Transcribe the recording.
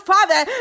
Father